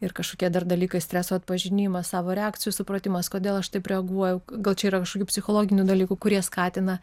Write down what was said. ir kažkokie dar dalykai streso atpažinimas savo reakcijų supratimas kodėl aš taip reaguoju gal čia yra kažkokių psichologinių dalykų kurie skatina